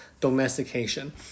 domestication